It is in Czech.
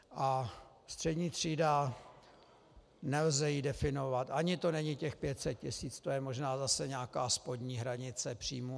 A střední třídu nelze definovat, ani to není těch 500 tis., to je možná zase nějaká spodní hranice příjmů.